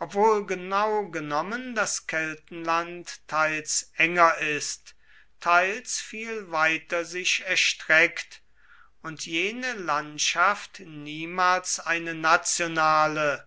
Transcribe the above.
obwohl genau genommen das keltenland teils enger ist teils viel weiter sich erstreckt und jene landschaft niemals eine nationale